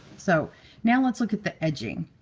so now, let's look at the edging.